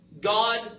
God